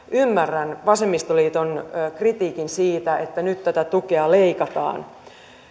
ymmärrän vasemmistoliiton kritiikin siitä että nyt tätä tukea leikataan